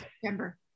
September